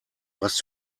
was